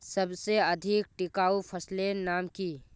सबसे अधिक टिकाऊ फसलेर नाम की?